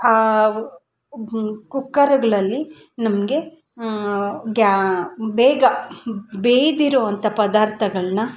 ಆ ಕುಕ್ಕರುಗ್ಳಲ್ಲಿ ನಮಗೆ ಗ್ಯಾ ಬೇಗ ಬೆಯ್ದಿರುವಂಥ ಪದಾರ್ಥಗಳ್ನ